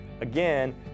Again